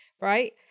right